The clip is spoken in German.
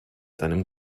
seinem